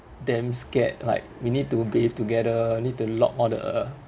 damn scared like we need to bathe together need to lock all the